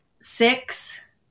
Six